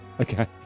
Okay